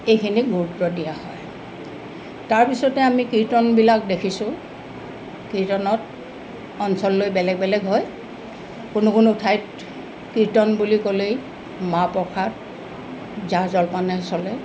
এইখিনি গুৰুত্ব দিয়া হয় তাৰপিছতে আমি কীৰ্তনবিলাক দেখিছোঁ কীৰ্তনত অঞ্চল লৈ বেলেগ বেলেগ হয় কোনো কোনো ঠাইত কীৰ্তন বুলি ক'লেই মা প্ৰসাদ জা জলপানে চলে